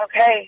okay